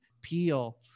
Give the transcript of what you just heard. peel